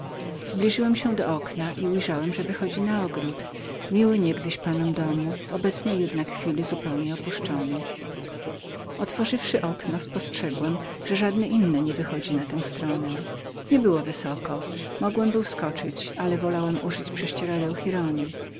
zbliżyłem się do okna i ujrzałem że wychodziło na ogród ulubiony niegdyś panom domu w obecnej jednak chwili zupełnie opuszczony otworzyłem okno spostrzegłem że żadne inne nie wychodziło na tę stronę przedział nie był wysoki mogłem był skoczyć ale wolałem użyć prześcieradeł giraldy